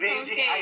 Okay